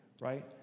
right